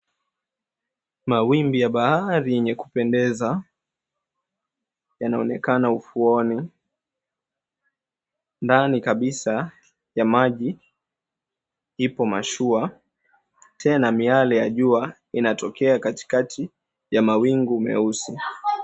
Mawimbi ya bahari yenye kupendeza, yanaonekana ufuoni. Ndani kabisa ya maji ipo mashua. Tena miale ya jua inatokea katikati ya mawingu meusi.